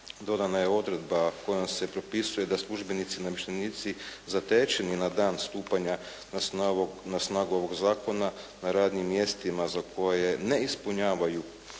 dodana je odredba kojom se propisuje da službenici i namještenici zatečeni na dan stupanja na snagu ovog zakona na radnim mjestima za koje ne ispunjavaju